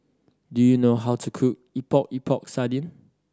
do you know how to cook Epok Epok Sardin